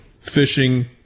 fishing